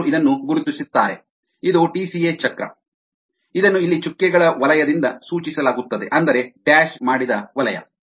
ಜನರು ಇದನ್ನು ಗುರುತಿಸುತ್ತಾರೆ ಇದು ಟಿಸಿಎ ಚಕ್ರ ಇದನ್ನು ಇಲ್ಲಿ ಚುಕ್ಕೆಗಳ ವಲಯದಿಂದ ಸೂಚಿಸಲಾಗುತ್ತದೆ ಅಂದರೆ ಡ್ಯಾಶ್ ಮಾಡಿದ ವಲಯ